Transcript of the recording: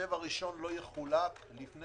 המחשב הראשון לא יחולק לפני